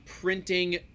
printing